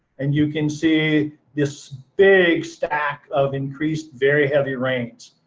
and you can see this big stack of increased very heavy rains.